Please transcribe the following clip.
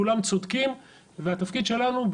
כולם צודקים והתפקיד שלנו,